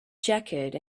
jacket